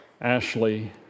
Ashley